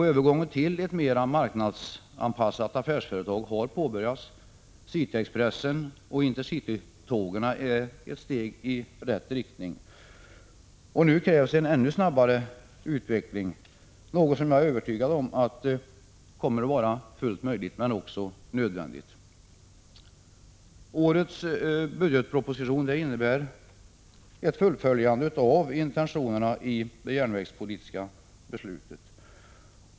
Övergången till att bli ett marknadsanpassat företag har påbörjats. Cityexpressen och intercity-tågen är ett steg i rätt riktning. Nu krävs en ännu snabbare utveckling, något som jag är övertygad om är både fullt möjligt och nödvändigt. Årets budgetproposition innebär ett fullföljande av intentionerna i det järnvägspolitiska beslutet.